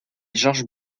georges